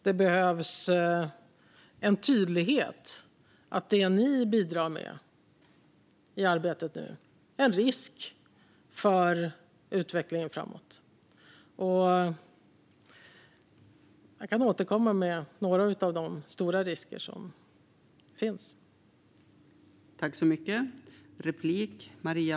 Det är tydligt att det som ni bidrar med i arbetet är en risk för utvecklingen framöver. Jag kan återkomma med några av de stora risker som finns.